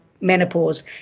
menopause